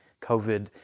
COVID